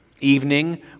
Evening